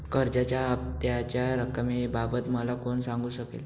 कर्जाच्या हफ्त्याच्या रक्कमेबाबत मला कोण सांगू शकेल?